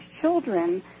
children